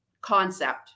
concept